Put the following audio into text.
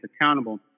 accountable